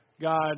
God